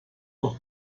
doch